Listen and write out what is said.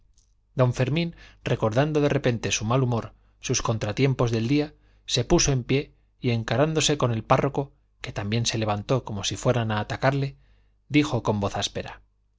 don fermín recordando de repente su mal humor sus contratiempos del día se puso en pie y encarándose con el párroco que también se levantó como si fueran a atacarle dijo con voz áspera